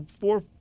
four